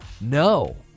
No